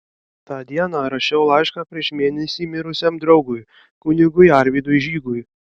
tą dieną rašiau laišką prieš mėnesį mirusiam draugui kunigui arvydui žygui